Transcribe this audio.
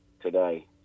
today